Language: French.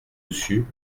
dessus